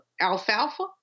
Alfalfa